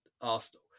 Arsenal